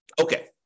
Okay